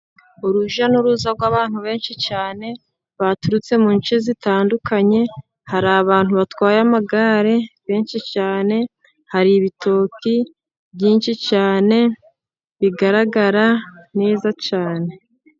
Urujya n'uruza rw'abantu benshi cyane baturutse mu nce zitandukanye, hari abantu batwaye amagare benshi cyane hari ibitoki byinshi cyane bigaragara neza.